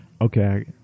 Okay